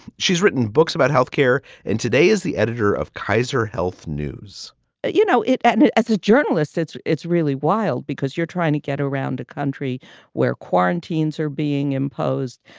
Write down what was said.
she's written books about health care. and today is the editor of kaiser health news you know it and it as a journalist. it's it's really wild because you're trying to get around a country where quarantines are being imposed.